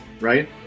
right